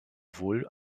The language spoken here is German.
wohl